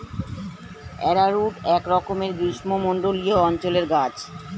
arrowroot একরকমের গ্রীষ্মমণ্ডলীয় অঞ্চলের গাছ